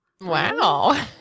Wow